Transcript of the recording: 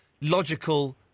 logical